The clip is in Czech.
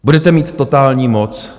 Budete mít totální moc.